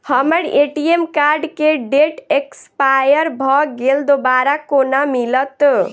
हम्मर ATM card केँ date expire भऽ गेल दोबारा कोना मिलत?